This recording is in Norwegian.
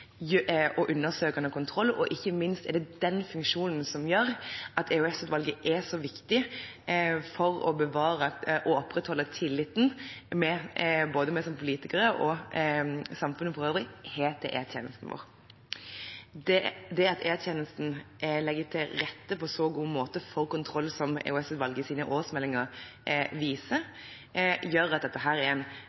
aktiv og undersøkende kontroll, og ikke minst er det den funksjonen som gjør at EOS-utvalget er så viktig for å bevare og opprettholde tilliten som både vi politikere og samfunnet for øvrig har til E-tjenesten vår. At E-tjenesten på en så god måte legger til rette for kontroll som EOS-utvalgets årsmeldinger viser, gjør at dette er en